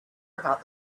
about